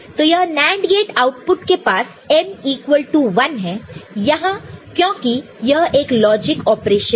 तो यह NAND gate output के पास M इक्वल टू 1 है यहां क्योंकि यह एक लॉजिक ऑपरेशन है